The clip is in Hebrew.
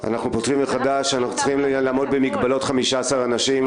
אנחנו מצביעים על סדרי הישיבה של היום ובהמשך -- אגב,